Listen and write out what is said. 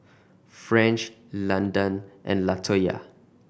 French Landan and Latoya